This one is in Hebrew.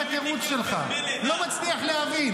מה התירוץ שלך -- נגד מילואימניקים,